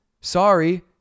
Sorry